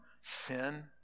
sin